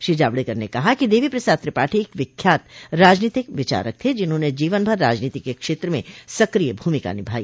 श्री जावड़ेकर ने कहा कि देवी प्रसाद त्रिपाठी एक विख्यात राजनीतिक विचारक थे जिन्होंने जीवनभर राजनीति के क्षेत्र में सक्रिय भूमिका निभाई